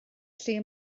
lle